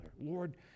Lord